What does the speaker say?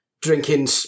drinking